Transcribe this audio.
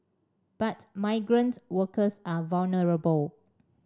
but migrant workers are vulnerable